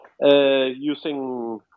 Using